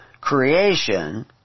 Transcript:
creation